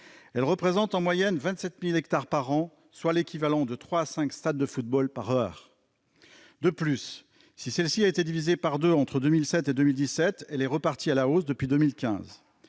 Elle représente en moyenne 27 000 hectares par an, soit l'équivalent de trois à cinq stades de football par heure. De plus, si elle a été divisée par deux entre 2007 et 2017, elle est repartie à la hausse depuis 2015.